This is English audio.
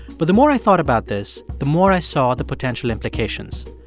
but the more i thought about this, the more i saw the potential implications.